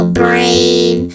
brain